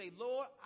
Lord